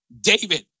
David